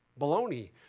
baloney